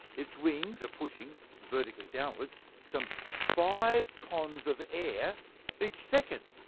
its wings are pushing vertically downwards some five tonnes of air each second.